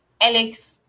Alex